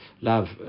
Love